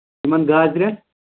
یِمن گازِرٮ۪ن